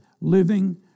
living